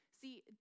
See